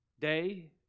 day